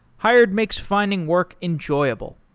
hired makes finding work enjoyable.